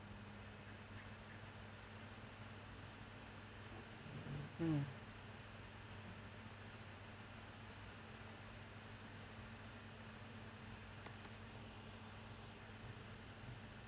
mm